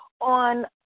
on